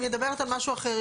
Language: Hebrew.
היא מדברת על משהו אחר.